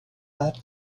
that